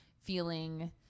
feeling